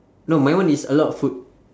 no my one is a lot of food